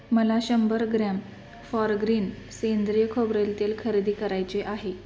मला शंभर gram Forgreen सेंद्रिय खोबरेल तेल खरेदी करायचे आहे